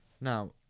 Now